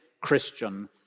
Christian